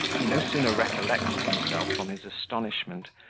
he no sooner recollected himself from his astonishment,